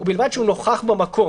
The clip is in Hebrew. ובלבד שהוא נוכח במקום.